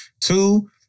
Two